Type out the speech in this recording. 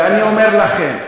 ואני אומר לכם: